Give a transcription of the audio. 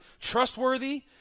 trustworthy